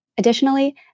Additionally